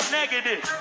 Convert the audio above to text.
negative